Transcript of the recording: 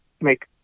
make